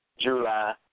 July